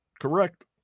Correct